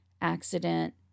accident